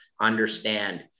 understand